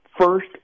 first